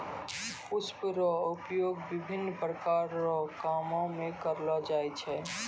पुष्प रो उपयोग विभिन्न प्रकार रो कामो मे करलो जाय छै